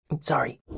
Sorry